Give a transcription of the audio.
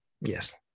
Yes